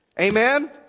Amen